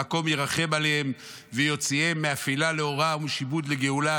המקום ירחם עליהם ויוציאם --- מאפלה לאורה ומשעבוד לגאולה,